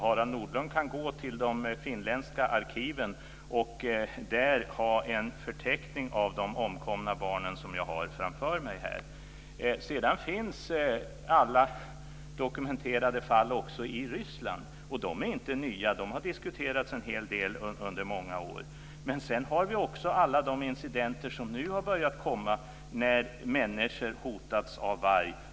Harald Nordlund kan gå till de finländska arkiven och där få en förteckning över de omkomna barnen. En sådan har jag framför mig. Sedan finns alla dokumenterade fall också i Ryssland. De är inte nya. De har diskuterats en hel del under många år. Men dessutom har vi alla de incidenter som nu har börjat komma, där människor hotats av varg.